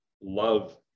love